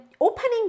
opening